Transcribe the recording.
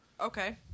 Okay